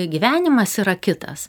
gyvenimas yra kitas